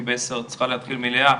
כי בעשר את צריכה להתחיל מליאה.